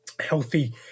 healthy